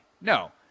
no